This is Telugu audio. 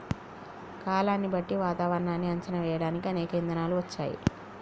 కాలాన్ని బట్టి వాతావరనాన్ని అంచనా వేయడానికి అనేక ఇధానాలు వచ్చాయి